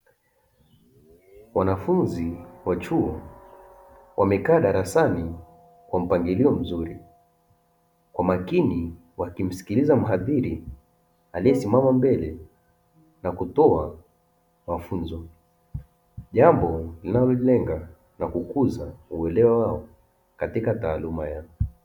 Wanafunzi wa chuo wamekaa darasani kwa mpangilio mzuri, kwa makini wakimskiliza mhadhiri aliesimama mbele na kutoa mafunzo. Jambo linalolenga na kukuza uelewa katika taaluma yao.